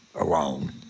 alone